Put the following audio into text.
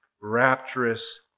rapturous